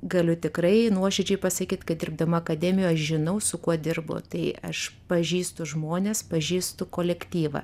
galiu tikrai nuoširdžiai pasakyt kad dirbdama akademijoj žinau su kuo dirbu tai aš pažįstu žmones pažįstu kolektyvą